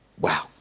wow